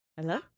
Hello